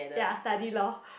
ya study law